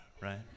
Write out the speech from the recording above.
right